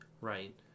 right